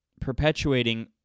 perpetuating